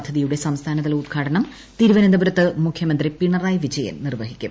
പദ്ധതിയുടെ സംസ്ഥാനതല ഉദ്ഘാടനം തിരുവനന്തപുരത്ത് മുഖ്യമന്ത്രി പിണറായി വിജയൻ നിർവ്വഹിക്കും